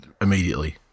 immediately